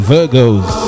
Virgos